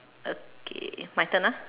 okay my turn ah